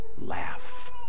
laugh